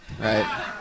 right